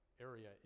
area